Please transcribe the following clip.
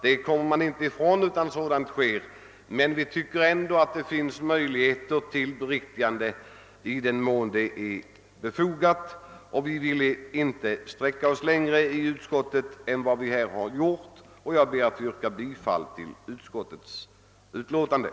Detta kan man inte komma ifrån, men vi tycker ändå att det bör finnas möjlighet till beriktigande i den mån det är befogat. Därför vill vi inom utskottet inte sträcka oss längre än vad vi har gjort. Jag ber att få yrka bifall till utskottets hemställan.